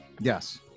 Yes